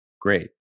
Great